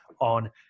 on